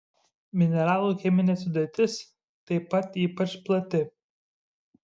mineralų cheminė sudėtis taip pat ypač plati